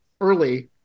early